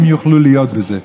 הם יוכלו להיות בזה.